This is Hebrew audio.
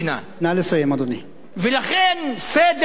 ולכן, סדר העדיפויות, אדוני היושב-ראש,